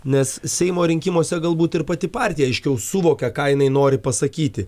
nes seimo rinkimuose galbūt ir pati partija aiškiau suvokė ką jinai nori pasakyti